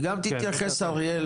וגם תתייחס אריאל